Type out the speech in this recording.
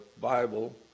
Bible